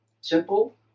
Simple